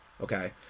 okay